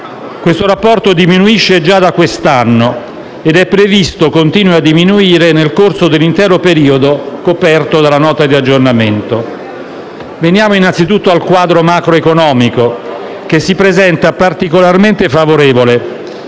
in seguito, diminuisce già da quest'anno ed è previsto continui a diminuire nel corso dell'intero periodo coperto dalla Nota di aggiornamento. Veniamo innanzitutto al quadro macroeconomico, che si presenta particolarmente favorevole: